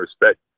respect